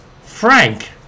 Frank